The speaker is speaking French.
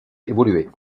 évoluer